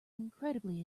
incredibly